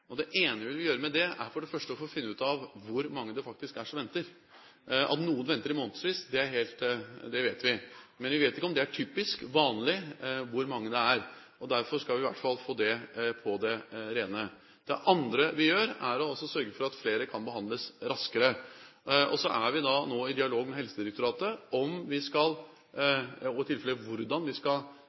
Det ene vi vil gjøre med det, er å finne ut hvor mange det faktisk er som venter. At noen venter i månedsvis, vet vi, men vi vet ikke om det er typisk, om det er vanlig, hvor mange det er. Derfor skal vi i hvert fall få det på det rene. Det andre vi gjør, er å sørge for at flere kan behandles raskere. Vi er nå i dialog med Helsedirektoratet om, og i tilfelle hvordan, vi skal